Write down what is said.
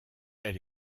elle